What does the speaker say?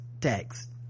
text